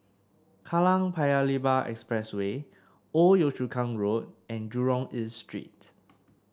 Kallang Paya Lebar Expressway Old Yio Chu Kang Road and Jurong East Street